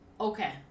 okay